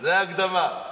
זה היה, זו ההקדמה.